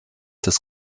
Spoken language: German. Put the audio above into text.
des